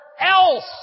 else